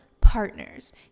partners